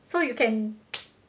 so you can